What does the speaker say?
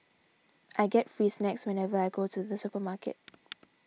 I get free snacks whenever I go to the supermarket